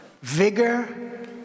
vigor